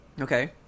Okay